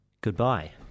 goodbye